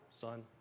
Son